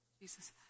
Jesus